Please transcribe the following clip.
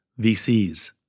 VCs